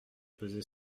pesé